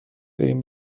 بریم